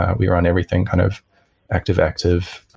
ah we are on everything, kind of active-active,